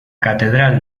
catedral